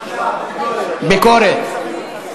ביקורת.